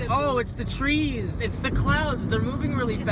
oh, it's the trees! it's the clouds, they're moving really